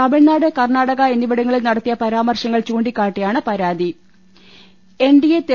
തമിഴ്നാട് കർണാടക എന്നി വിടങ്ങളിൽ നടത്തിയ പരാമർശങ്ങൾ ചൂണ്ടിക്കാട്ടിയാണ് പരാ തി